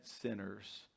sinners